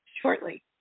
shortly